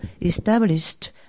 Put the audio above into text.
established